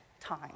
time